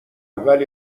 ولی